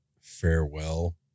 farewell